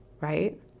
right